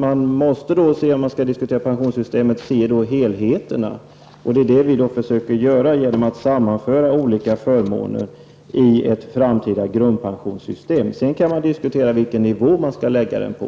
Man måste, när man diskuterar pensionssystemet, se helheten. Det försöker vi göra genom att sammanföra olika förmåner i ett framtida grundpensionssystem. Sedan kan man diskutera vilken nivå det skall läggas på,